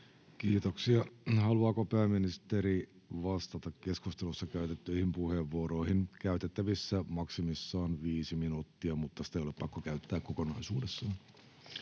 Kiitoksia. — Haluaako pääministeri vastata keskustelussa käytettyihin puheenvuoroihin? Käytettävissä on maksimissaan viisi minuuttia, mutta sitä ei ole pakko käyttää kokonaisuudessaan.